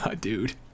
dude